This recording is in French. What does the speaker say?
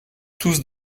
tous